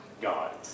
God